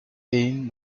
aim